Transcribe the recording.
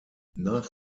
nach